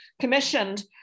commissioned